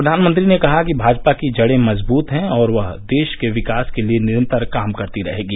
प्रधानमंत्री ने कहा कि भाजपा की जड़े मज़बूत है और वह देश के विकास के लिए निरन्तर काम करती रहेगी